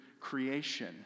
creation